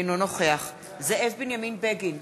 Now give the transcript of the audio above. אינו נוכח זאב בנימין בגין,